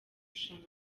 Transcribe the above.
rushanwa